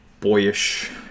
boyish